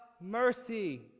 mercy